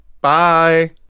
Bye